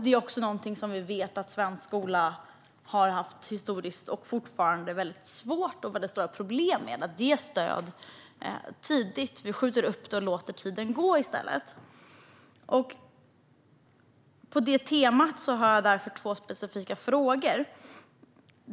Detta är också något som vi vet att svensk skola historiskt har haft och fortfarande har svårt med - att ge stöd tidigt. Vi skjuter upp det och låter tiden gå i stället. På detta tema har jag därför två specifika frågor.